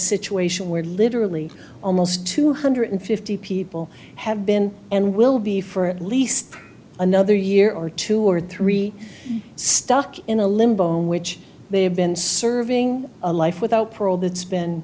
situation where literally almost two hundred fifty people have been and will be for at least another year or two or three stuck in a limbo which they have been serving a life without parole that's been